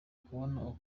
kubona